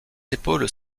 épaules